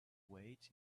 wades